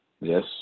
Yes